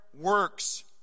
works